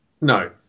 No